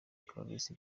clarisse